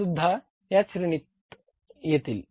6 सुद्धा याच श्रेणीत येतील